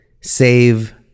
save